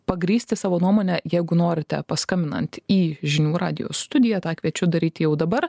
pagrįsti savo nuomonę jeigu norite paskambinant į žinių radijo studiją tą kviečiu daryti jau dabar